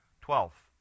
Twelve